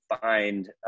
find